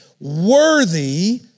worthy